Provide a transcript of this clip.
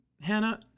Hannah